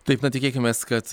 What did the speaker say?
taip na tikėkimės kad